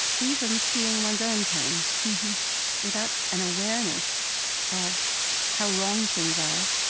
even seeing one's own pain without an awareness of how wrong things are,